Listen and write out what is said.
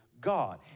God